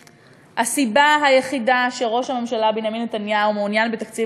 הסיבה היחידה שראש הממשלה בנימין נתניהו מעוניין בתקציב